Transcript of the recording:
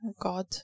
God